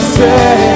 say